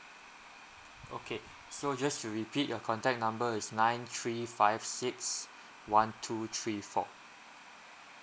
okay so just to repeat your contact number is nine three five six one two three four